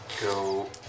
go